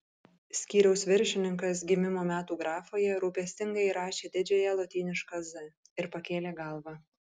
skyriaus viršininkas gimimo metų grafoje rūpestingai įrašė didžiąją lotynišką z ir pakėlė galvą